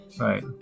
right